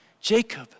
Jacob